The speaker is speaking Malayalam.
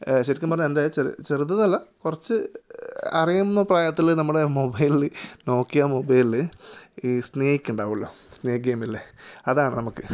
ശരിക്കും പറഞ്ഞാൽ എൻ്റെ ചെറുത് ചെറുതെന്ന് അല്ല കുറച്ച് അറിയുന്ന പ്രായത്തിൽ നമ്മുടെ മൊബൈലിൽ നോക്കിയ മൊബൈലിൽ ഈ സ്നേക്ക് ഉണ്ടാവുമല്ലോ സ്നേക്ക് ഗെയിം ഇല്ലേ അതാണ് നമുക്ക്